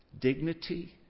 Dignity